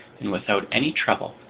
and without any trouble,